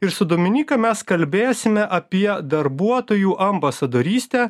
ir su dominyka mes kalbėsime apie darbuotojų ambasadorystę